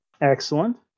Excellent